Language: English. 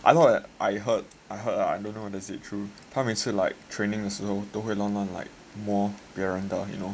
I thought I heard I heard lah I don't know whether is it true 他 like training 的时候都会 like more 乱乱动别人的 you know